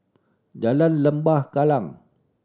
Jalan Lembah Kallang